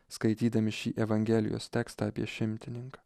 skaitydami šį evangelijos tekstą apie šimtininką